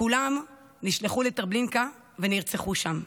כולם נשלחו לטרבלינקה ונרצחו שם.